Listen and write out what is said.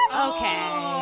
Okay